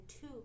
two